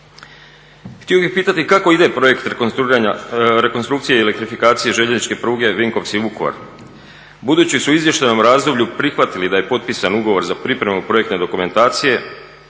Htio bih pitati kako ide projekt rekonstrukcije i elektrifikacije željezničke pruge Vinkovci-Vukovar. Budući su izvještajem o razdoblju prihvatili da je potpisan ugovor za pripremu projektne dokumentacije,